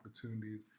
opportunities